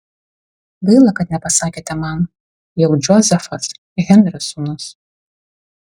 gaila kad nepasakėte man jog džozefas henrio sūnus